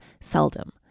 seldom